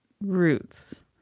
roots